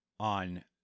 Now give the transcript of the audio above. on